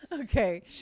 okay